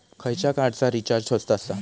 खयच्या कार्डचा रिचार्ज स्वस्त आसा?